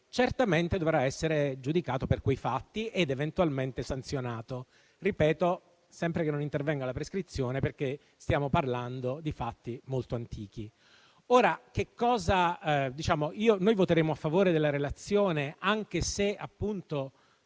certamente dovrà essere giudicato per quei fatti ed eventualmente sanzionato, sempre che non intervenga la prescrizione perché stiamo parlando di fatti molto antichi. Noi voteremo a favore delle conclusioni Giunta,